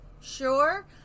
sure